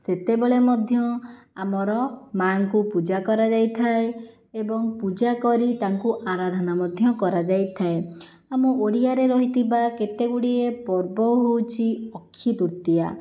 ସେତେବେଳେ ମଧ୍ୟ ଆମର ମାଁ ଙ୍କୁ ପୂଜା କରାଯାଇଥାଏ ଏବଂ ପୂଜାକରି ତାଙ୍କୁ ଆରାଧନା ମଧ୍ୟ କରାଯାଇଥାଏ ଆମ ଓଡ଼ିଆରେ ରହିଥିବା କେତେଗୁଡ଼ିଏ ପର୍ବ ହେଉଛି ଅକ୍ଷିତୃତୀୟା